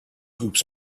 hoops